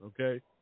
okay